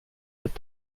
wird